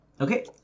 Okay